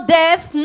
death